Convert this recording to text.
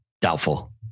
Doubtful